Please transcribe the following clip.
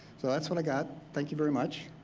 so that's what i got. thank you very much.